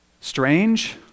strange